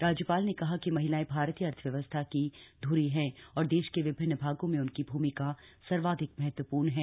राज्यपाल ने कहा कि महिलाएं भारतीय अर्थव्यवस्था की ध्री हैं और देश के विभिन्न भागों में उनकी भूमिका सर्वाधिक महत्वपूर्ण है